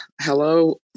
hello